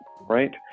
right